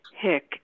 Hick